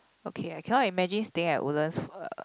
okay I cannot imagine staying at Woodlands for like uh